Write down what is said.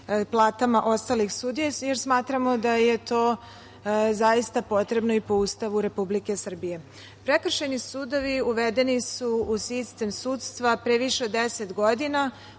platama ostalih sudija, jer smatramo da je to zaista potrebno i po Ustavu Republike Srbije. Prekršajni sudovi uvedeni su u sistem sudstva pre više od 10 godina.